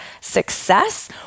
success